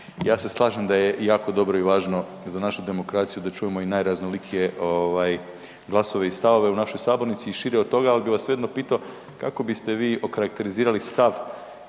Ja se slažem da je jako dobro i važno za našu demokraciju da čujemo i najraznolikije glasove i stavove u našoj sabornici i šire od toga ali bi vas svejedno pitao, kako bi ste vi okarakterizirali stav